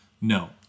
No